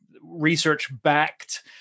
research-backed